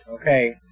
okay